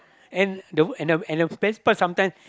and the and the and the best part some time